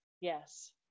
yes